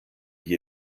hier